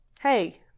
Hey